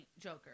Joker